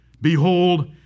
Behold